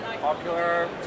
popular